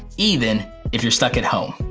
even if you're stuck at home,